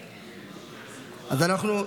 להם,